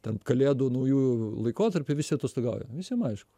ten kalėdų naujųjų laikotarpiu visi atostogauja visiem aišku